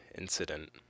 incident